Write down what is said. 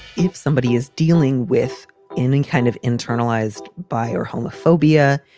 if somebody is dealing with in and kind of internalized by or homophobia,